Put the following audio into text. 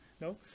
no